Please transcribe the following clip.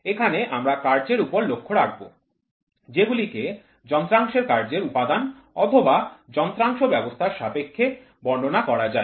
এখানে আমরা কার্যের উপর লক্ষ্য রাখব যেগুলিকে যন্ত্রাংশের কার্যের উপাদান অথবা যন্ত্রাংশ ব্যবস্থার সাপেক্ষে বর্ণনা করা যায়